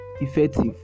effective